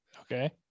okay